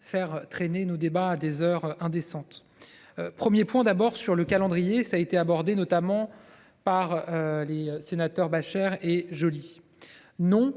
faire traîner nos débats à des heures indécentes. 1er point d'abord sur le calendrier, ça été abordées notamment par les sénateurs Bachere est joli non.